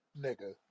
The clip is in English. Nigga